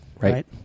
right